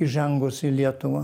įžengus į lietuvą